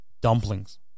Dumplings